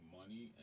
money